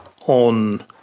on